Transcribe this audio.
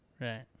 Right